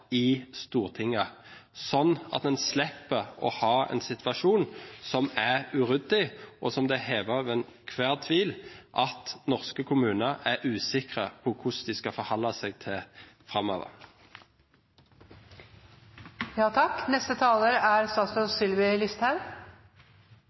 i Stortinget, slik at en slipper å ha en situasjon som er uryddig, og som det er hevet over enhver tvil at norske kommuner er usikre på hvordan de skal forholde seg til